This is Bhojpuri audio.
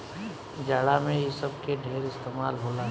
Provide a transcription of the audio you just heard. जाड़ा मे इ सब के ढेरे इस्तमाल होला